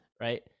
right